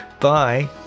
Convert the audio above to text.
Bye